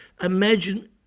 imagine